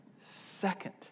second